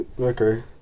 okay